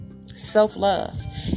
self-love